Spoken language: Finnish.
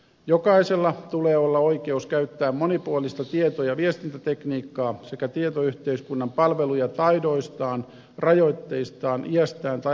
jokaisella tulee olla oikeus käyttää monipuolista tieto ja viestintätekniikkaa sekä tietoyhteiskunnan palveluja taidoistaan rajoitteistaan iästään tai asuinpaikastaan riippumatta